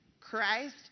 Christ